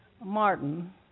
Martin